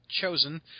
chosen